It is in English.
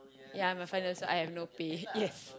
ya my father also I have no pay yes